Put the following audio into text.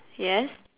yes